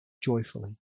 joyfully